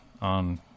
on